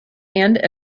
and